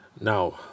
now